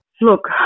Look